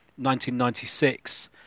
1996